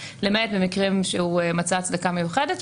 למעט במקרים שהוא מצא הצדקה מיוחדת.